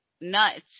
nuts